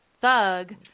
thug